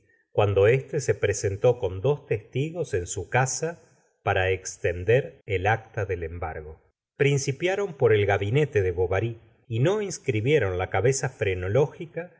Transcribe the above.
cuando éste se presentó con dos testigos en su casa para extender el acta del embargo principiaron por el gabinete de bovary y no ins cribieron la cabeza frenológica por